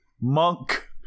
Monk